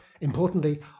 Importantly